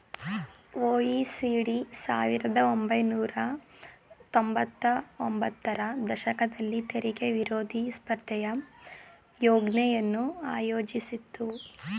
OECD ಸಾವಿರದ ಒಂಬೈನೂರ ತೊಂಬತ್ತ ಒಂಬತ್ತರ ದಶಕದಲ್ಲಿ ತೆರಿಗೆ ವಿರೋಧಿ ಸ್ಪರ್ಧೆಯ ಯೋಜ್ನೆಯನ್ನು ಆಯೋಜಿಸಿತ್ತು